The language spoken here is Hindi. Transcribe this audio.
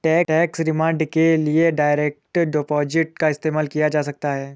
टैक्स रिफंड के लिए डायरेक्ट डिपॉजिट का इस्तेमाल किया जा सकता हैं